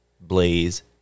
Blaze